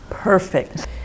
Perfect